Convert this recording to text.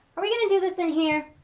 are we gonna do this in here?